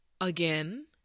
Again